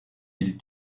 îles